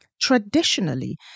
Traditionally